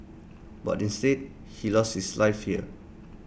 but instead he lost his life here